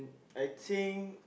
I think